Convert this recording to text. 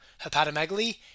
hepatomegaly